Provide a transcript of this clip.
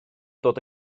dod